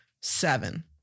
seven